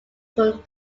from